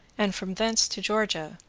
and from thence to georgia.